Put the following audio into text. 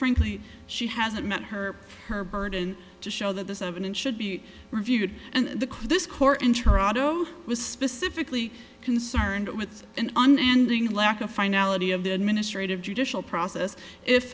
frankly she hasn't met her her burden to show that the seven in should be reviewed and the chris core interop was specifically concerned with an unending lack of finality of the administrative judicial process if